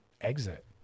exit